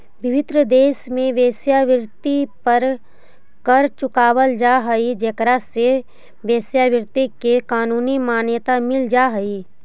विभिन्न देश में वेश्यावृत्ति पर कर चुकावल जा हई जेकरा से वेश्यावृत्ति के कानूनी मान्यता मिल जा हई